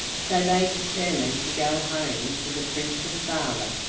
so they determined to go home to the prince's father,